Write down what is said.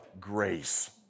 grace